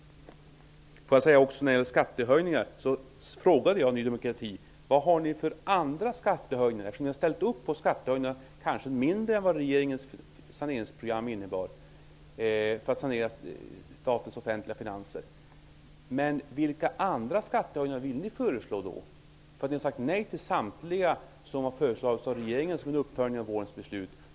Sedan till frågan om skattehöjningar. Jag frågade Ny demokrati: Vilka andra skattehöjningar föreslår ni? Skulle ni kanske ha ställt upp på mindre skattehöjningar än vad regeringens saneringsprogram innebar för att sanera statens offentliga finanser? Vilka andra skattehöjningar vill ni då föreslå? Ni har sagt nej till samtliga som har föreslagits av regeringen som en uppföljning av vårens beslut.